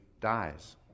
dies